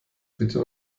bitte